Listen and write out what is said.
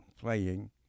playing